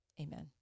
Amen